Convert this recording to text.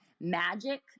magic